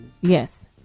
Yes